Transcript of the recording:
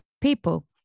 people